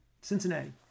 Cincinnati